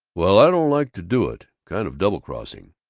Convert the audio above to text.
well, i don't like to do it. kind of double-crossing.